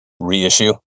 reissue